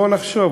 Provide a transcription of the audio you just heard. בואו נחשוב.